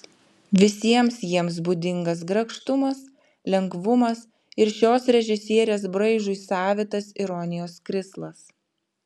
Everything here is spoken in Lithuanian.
visiems jiems būdingas grakštumas lengvumas ir šios režisierės braižui savitas ironijos krislas